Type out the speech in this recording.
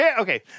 okay